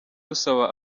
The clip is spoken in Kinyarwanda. rusaba